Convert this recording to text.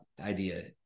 idea